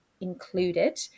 included